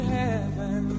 heaven